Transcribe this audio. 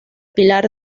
pilar